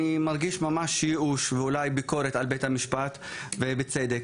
אני מרגיש ממש ייאוש ואולי ביקורת על בית המשפט ובצדק,